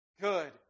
good